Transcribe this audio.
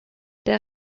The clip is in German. der